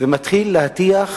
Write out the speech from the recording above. ומתחיל להטיח